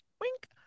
wink